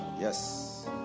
Yes